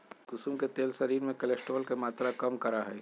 कुसुम के तेल शरीर में कोलेस्ट्रोल के मात्रा के कम करा हई